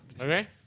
Okay